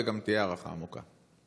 וגם תהיה הערכה עמוקה.